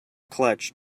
clutch